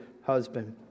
husband